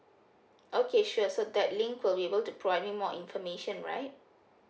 okay sure so that link will be able to provide me more information right